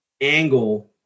angle